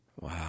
Wow